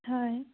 হয়